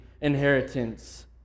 inheritance